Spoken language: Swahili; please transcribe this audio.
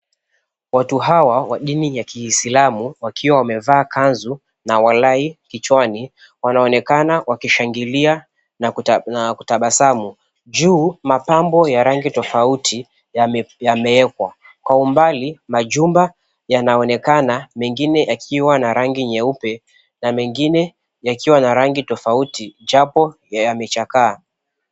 Watu hawa wa dini ya kiislamu wakiwa wamevaa kanzu na walai kichwani wanaonekana wakishangilia na kutabasamu. Juu mapambo ya rangi tofauti yameekwa, kwa umbali majumba yanaonekana mengine yakiwa na rangi nyeupe na mengine yakiwa na rangi tofauti japo yamechakaa.